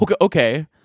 okay